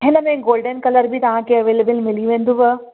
हिनमें golden colour बि तव्हांखे अवेलेबल मिली वेंदो